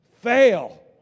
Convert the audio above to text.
fail